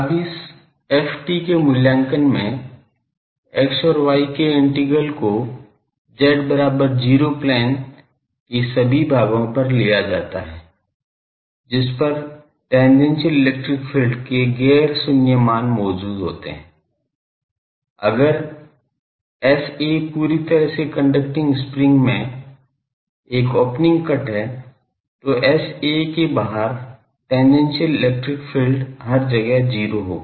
अब इस ft के मूल्यांकन में x और y के इंटीग्रल्स को z बराबर 0 प्लेन के सभी भागों पर लिया जाता है जिस पर टेंजेंटिअल इलेक्ट्रिक फ़ील्ड के गैर शून्य मान मौजूद होते हैं अगर Sa पूरी तरह से कंडक्टिंग स्प्रिंग में एक ओपनिंग कट है तो Sa के बाहर टेंजेंटिअल इलेक्ट्रिक फ़ील्ड हर जगह 0 होगा